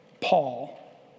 Paul